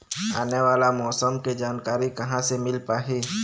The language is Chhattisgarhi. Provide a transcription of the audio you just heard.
आने वाला मौसम के जानकारी कहां से मिल पाही?